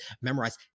memorize